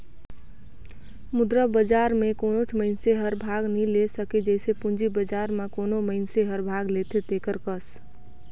मुद्रा बजार में कोनोच मइनसे हर भाग नी ले सके जइसे पूंजी बजार में कोनो मइनसे हर भाग लेथे तेकर कस